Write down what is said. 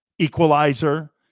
equalizer